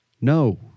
No